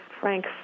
frank